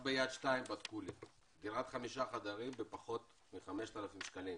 עכשיו בדקו לי ביד-2 דירת 5 חדרים בפחות מ-5,000 שקלים: